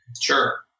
Sure